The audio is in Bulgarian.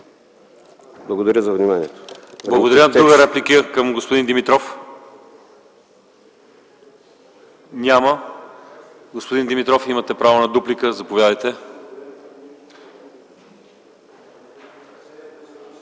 Благодаря. Има ли друга реплика към господин Димитров? Няма. Господин Димитров, имате право на дуплика. Заповядайте.